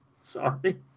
Sorry